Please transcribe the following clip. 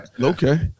Okay